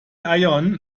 aaiún